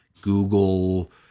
Google